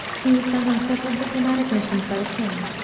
he was sent on several diplomatic missions by the king,